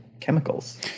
chemicals